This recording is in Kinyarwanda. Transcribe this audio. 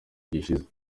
gishize